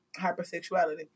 hypersexuality